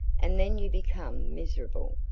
and then you become miserable.